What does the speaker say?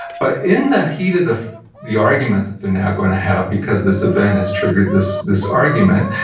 but in the heat of the the argument that they're now going to have, because this event has triggered this this argument,